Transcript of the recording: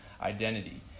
identity